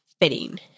fitting